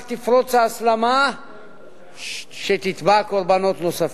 וכך תפרוץ ההסלמה שתתבע קורבנות נוספים.